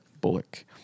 Bullock